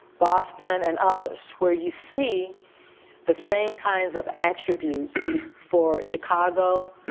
boston and others where you see the same kinds of attributes for chicago,